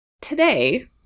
Today